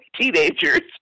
teenagers